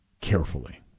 carefully